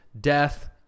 death